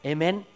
Amen